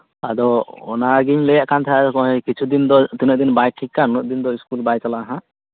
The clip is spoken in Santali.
ᱟᱫᱚ ᱚᱱᱟᱜᱤᱧ ᱞᱟᱹᱭ ᱮᱫ ᱛᱟᱸᱦᱮᱱ ᱠᱤᱪᱷᱩ ᱫᱤᱱ ᱫᱚ ᱛᱤᱱᱟᱹᱜ ᱫᱤᱱ ᱵᱟᱭ ᱴᱷᱤᱠᱼᱟᱠᱟᱱ ᱩᱱᱟᱹᱜ ᱫᱤᱱ ᱫᱚ ᱤᱥᱠᱩᱞ ᱵᱟᱭ ᱪᱟᱞᱟᱜᱼᱟ ᱱᱟᱦᱟᱜ